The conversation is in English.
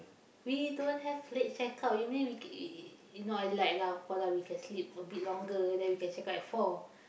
we don't have late check-out you mean we we you know I like lah of course lah we can sleep a bit longer then we can check-out at four